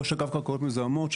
ראש אגף קרקעות מזוהמות,